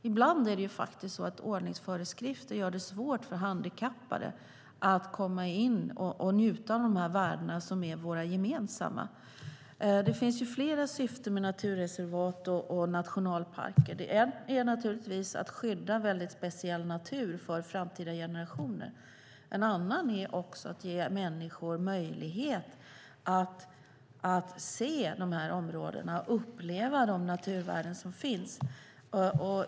Ibland är det faktiskt så att ordningsföreskrifter gör det svårt för handikappade att komma in och njuta av de här värdena som är våra gemensamma. Det finns flera syften med naturreservat och nationalparker. Ett är att skydda speciell natur för framtida generationer. Ett annat är att ge människor möjlighet att se de här områdena och uppleva de naturvärden som finns.